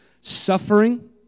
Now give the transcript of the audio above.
suffering